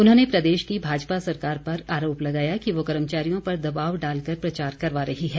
उन्होंने प्रदेश की भाजपा सरकार पर आरोप लगाया कि वो कर्मचारियों पर दबाव डाल कर प्रचार करवा रही है